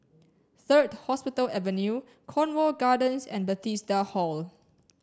third Hospital Avenue Cornwall Gardens and Bethesda Hall